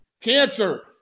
cancer